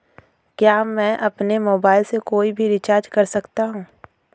क्या मैं अपने मोबाइल से कोई भी रिचार्ज कर सकता हूँ?